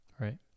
Right